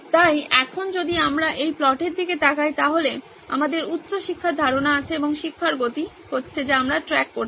তাই এখন যদি আমরা এই প্লটের দিকে তাকাই তাহলে আমাদের উচ্চ শিক্ষার ধারনা আছে এবং শিক্ষার গতি হচ্ছে যা আমরা ট্র্যাক করছি